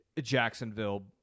Jacksonville